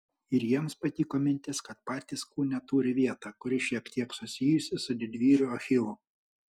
ir jiems patiko mintis kad patys kūne turi vietą kuri šiek tiek susijusi su didvyriu achilu